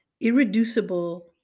irreducible